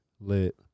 Lit